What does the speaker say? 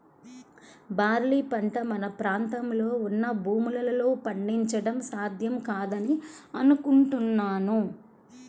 barley పంట మన ప్రాంతంలో ఉన్న భూముల్లో పండించడం సాధ్యం కాదని అనుకుంటున్నాను